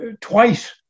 twice